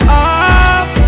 up